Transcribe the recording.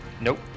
Nope